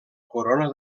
corona